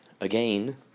again